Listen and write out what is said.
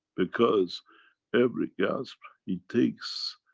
because every gasp he takes,